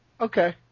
Okay